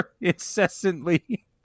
incessantly